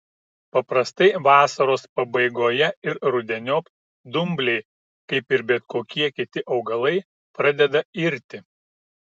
paprastai vasaros pabaigoje ir rudeniop dumbliai kaip ir bet kokie kiti augalai pradeda irti